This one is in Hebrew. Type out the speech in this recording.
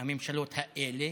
הממשלות האלה,